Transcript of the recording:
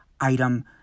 item